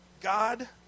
God